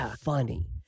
funny